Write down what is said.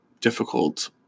difficult